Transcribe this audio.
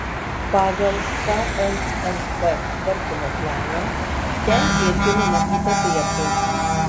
pagal knnp tvarkymo planą ten irgi numatyta prieplauka